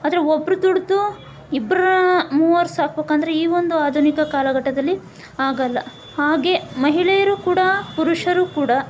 ಆದರೆ ಒಬ್ಬರು ದುಡಿದು ಇಬ್ರು ಮೂವರು ಸಾಕ್ಬೇಕ್ ಅಂದರೆ ಈ ಒಂದು ಆಧುನಿಕ ಕಾಲಘಟ್ಟದಲ್ಲಿ ಆಗೋಲ್ಲ ಹಾಗೇ ಮಹಿಳೆಯರು ಕೂಡ ಪುರುಷರು ಕೂಡ